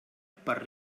per